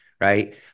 right